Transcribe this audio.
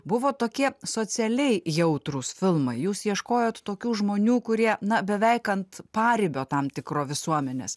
buvo tokie socialiai jautrūs filmai jūs ieškojot tokių žmonių kurie na beveik ant paribio tam tikro visuomenės